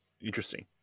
interesting